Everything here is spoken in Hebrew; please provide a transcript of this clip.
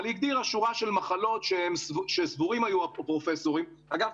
היא הגדירה שורה של מחלות שהפרופסורים היו סבורים אגב,